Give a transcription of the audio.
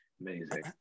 Amazing